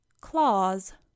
claws